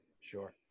Sure